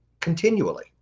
continually